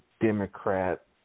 Democrat